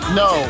no